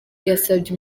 yasabye